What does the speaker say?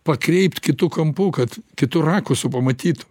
pakreipt kitu kampu kad kitu rakusu pamatytų